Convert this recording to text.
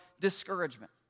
discouragement